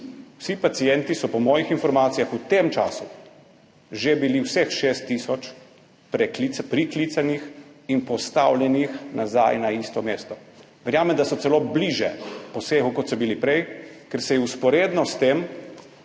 Vsi pacienti so po mojih informacijah v tem času že bili, vseh 6 tisoč priklicanih in postavljenih nazaj na isto mesto. Verjamem, da so celo bližje posegu, kot so bili prej, ker se je vzporedno s tem